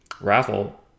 raffle